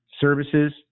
services